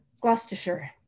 Gloucestershire